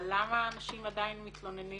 אבל למה אנשים עדיין מתלוננים